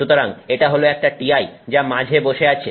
সুতরাং এটা হল একটা Ti যা মাঝে বসে আছে